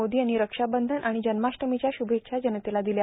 मोदी यांनी रक्षाबंधन आणि जन्माष्टमीच्या शुभेच्छा जनतेला दिल्या